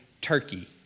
Turkey